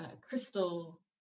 crystal